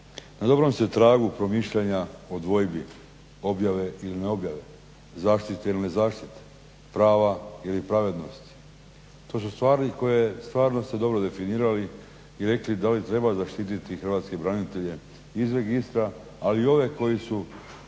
na dobrom ste tragu promišljanja o dvojbi objave ili ne objave, zaštite ili ne zaštite, prava ili pravednosti. To su stvari koje ste stvarno dobro definirali i rekli da li treba zaštiti hrvatske branitelje iz registra ali i ove koji su